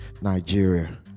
Nigeria